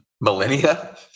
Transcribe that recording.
millennia